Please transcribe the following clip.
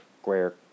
square